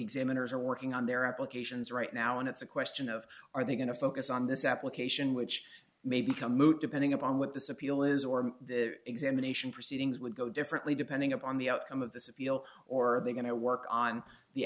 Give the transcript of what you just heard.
examiners are working on their applications right now and it's a question of are they going to focus on this application which may become moot depending upon what this appeal is or the examination proceedings would go differently depending upon the outcome of this appeal or they're going to work on the